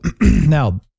now